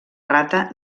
rata